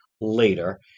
later